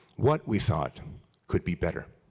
what we thought could be better.